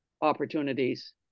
opportunities